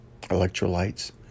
electrolytes